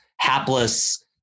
hapless